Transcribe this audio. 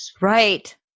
Right